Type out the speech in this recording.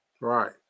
Right